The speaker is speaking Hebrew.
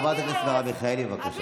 חברת הכנסת מרב מיכאלי, בבקשה.